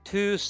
Two